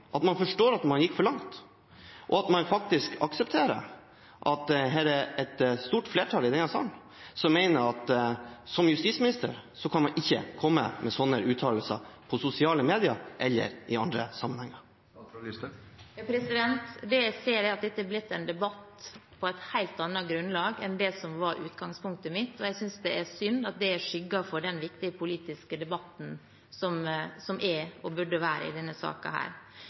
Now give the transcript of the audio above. kan man ikke komme med slike uttalelser i sosiale medier eller i andre sammenhenger? Jeg ser at dette er blitt en debatt på et helt annet grunnlag enn det som var utgangspunktet mitt, og jeg synes det er synd at det skygger for den viktige politiske debatten som er, og burde være, i denne